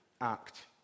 act